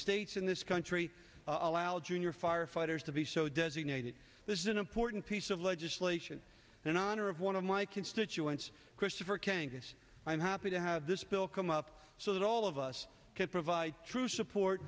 states in this country allow junior firefighters to be so designated this is an important piece of legislation in honor of one of my constituents christopher kangas i'm happy to have this bill come up so that all of us can provide true support